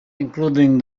including